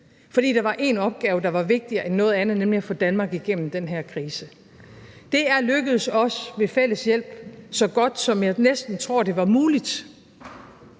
fordi der var én opgave, der var vigtigere end noget andet, nemlig at få Danmark igennem den her krise. Det er lykkedes os ved fælles hjælp så godt, som jeg næsten tror det var muligt,